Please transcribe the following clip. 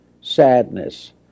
sadness